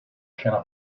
scena